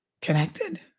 connected